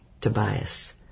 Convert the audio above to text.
Tobias